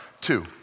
two